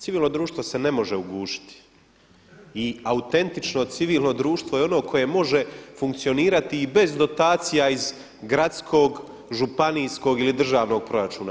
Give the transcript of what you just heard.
Civilno društvo se ne može ugušiti i autentično civilno društvo je ono koje može funkcionirati i bez dotacija iz gradskog, županijskog ili državnog proračuna.